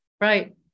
Right